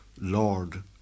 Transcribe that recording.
Lord